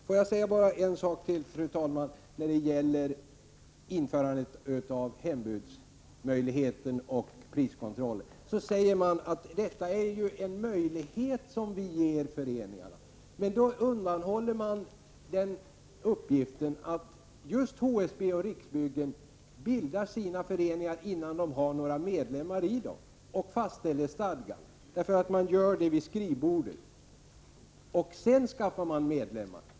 Får jag säga bara en sak till, fru talman, när det gäller införandet av hembudsmöjlighet och priskontroll. Då säger man att detta är en möjlighet som man ger föreningarna. Men då undanhåller man den uppgiften att just HSB och Riksbyggen bildar sina föreningar och fastställer stadgar innan de har några medlemmar i föreningarna. Man gör det vid skrivbordet, och sedan skaffar man medlemmar.